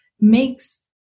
makes